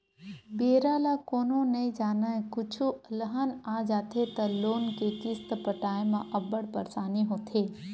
बेरा ल कोनो नइ जानय, कुछु अलहन आ जाथे त लोन के किस्त पटाए म अब्बड़ परसानी होथे